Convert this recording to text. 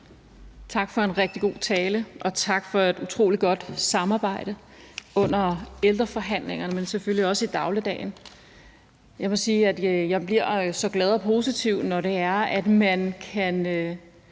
Tak for en rigtig god tale, og tak for et utrolig godt samarbejde under ældreforhandlingerne, men selvfølgelig også i dagligdagen. Jeg må sige, at jeg bliver så glad og positiv, når man kan